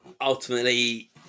ultimately